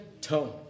tone